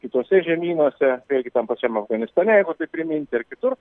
kituose žemynuose vėlgi tam pačiam afganistane jeigu taip priminti ar kitur